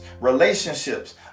relationships